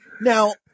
now